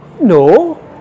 No